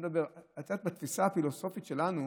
בתפיסה הפילוסופית שלנו,